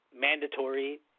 mandatory